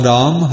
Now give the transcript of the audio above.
Ram